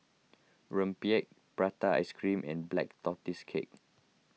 Rempeyek Prata Ice Cream and Black Tortoise Cake